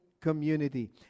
community